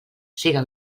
siga